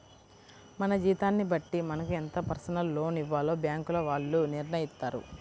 మన జీతాన్ని బట్టి మనకు ఎంత పర్సనల్ లోన్ ఇవ్వాలో బ్యేంకుల వాళ్ళు నిర్ణయిత్తారు